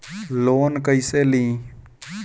Loan कईसे ली?